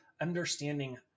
understanding